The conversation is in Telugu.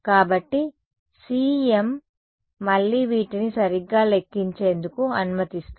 కాబట్టి CEM మళ్లీ వీటిని సరిగ్గా లెక్కించేందుకు అనుమతిస్తుంది